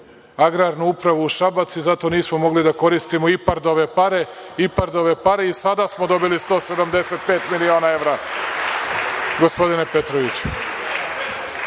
agrarnu upravu u Šabac i zato nismo mogli da koristimo IPARD-ove pare i sada smo dobili 175 miliona evra, gospodine Petroviću.